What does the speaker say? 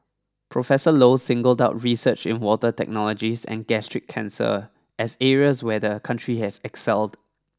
Professor Low singled out research in water technologies and gastric cancer as areas where the country has excelled